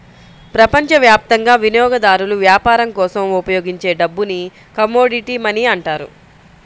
ప్రపంచవ్యాప్తంగా వినియోగదారులు వ్యాపారం కోసం ఉపయోగించే డబ్బుని కమోడిటీ మనీ అంటారు